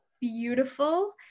beautiful